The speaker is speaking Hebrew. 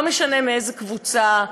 לא משנה מאיזו קבוצה,